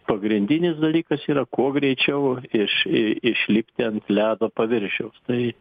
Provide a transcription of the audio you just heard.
pagrindinis dalykas yra kuo greičiau iš i išlipti ant ledo paviršiaus tai